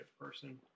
person